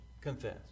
Confess